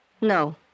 No